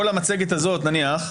כל המצגת הזאת נניח,